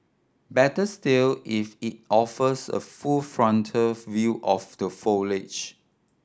better still if it offers a full frontal view of the foliage